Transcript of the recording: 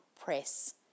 press